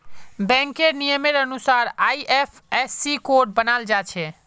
बैंकेर नियमेर अनुसार आई.एफ.एस.सी कोड बनाल जाछे